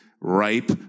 ripe